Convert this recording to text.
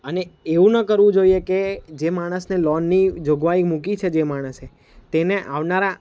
અને એવું ન કરવું જોઈએ કે જે માણસને લોનની જોગવાઈ મૂકી છે જે માણસે તેને આવનારા